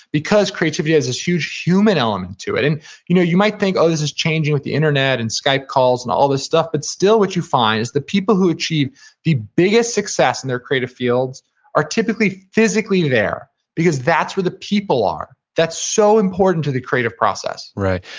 because creativity has this huge human element to it and you know you might think, oh, this is changing with the internet, and skype calls, and all this stuff, but, still, what you find is the people who achieve the biggest success in their creative fields are typically physically there, because that's where the people are. that's so important to the creative process right.